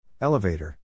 Elevator